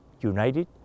united